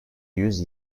yüz